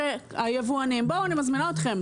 היבואנים אני מזמינה אתכם.